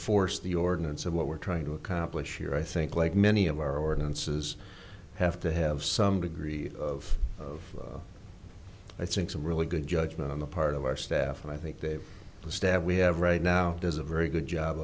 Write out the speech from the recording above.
force the ordinance and what we're trying to accomplish here i think like many of our ordinances have to have some degree of of i think some really good judgment on the part of our staff and i think they have to step we have right now there's a very good job